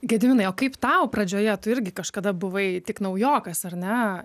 gediminai o kaip tau pradžioje tu irgi kažkada buvai tik naujokas ar ne